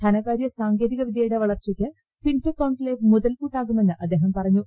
ധനകാര്യ സാങ്കേതിക വിദ്യയുടെ വളർച്ചയ്ക്ക് ഫിൻടെക് കോൺക്ലേവ് മുതൽകൂട്ടാകുമെന്ന് അദ്ദേഹം പറഞ്ഞു